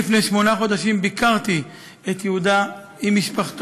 לפני שמונה חודשים ביקרתי את יהודה ומשפחתו,